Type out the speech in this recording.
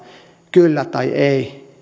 kyllä tai ei